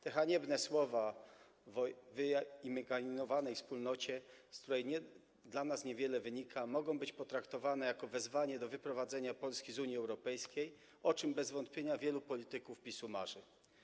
Te haniebne słowa o wyimaginowanej wspólnocie, z której niewiele dla nas wynika, mogą być potraktowane jako wezwanie do wyprowadzenia Polski z Unii Europejskiej, o czym bez wątpienia wielu polityków PiS marzy.